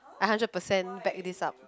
I hundred percent back this up